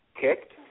kicked